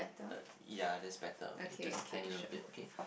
uh ya it is better okay just a bit okay